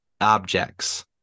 objects